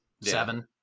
seven